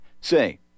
Say